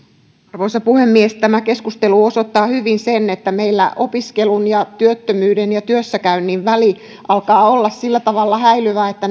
arvoisa puhemies tämä keskustelu osoittaa hyvin sen että meillä opiskelun työttömyyden ja työssäkäynnin väli alkaa olla sillä tavalla häilyvä että